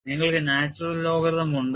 നിങ്ങൾക്ക് natural logarithm ഉണ്ട്